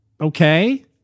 okay